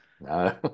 No